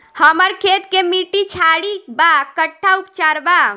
हमर खेत के मिट्टी क्षारीय बा कट्ठा उपचार बा?